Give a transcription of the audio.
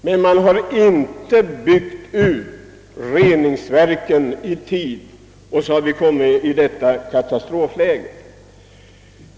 Man har emellertid inte byggt ut reningsverken i tid, och därför har vi råkat in i detta katastrofläge.